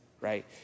right